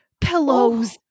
pillows